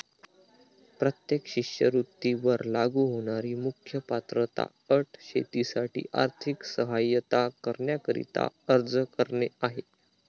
प्रत्येक शिष्यवृत्ती वर लागू होणारी मुख्य पात्रता अट शेतीसाठी आर्थिक सहाय्यता करण्याकरिता अर्ज करणे आहे